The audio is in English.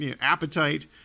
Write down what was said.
appetite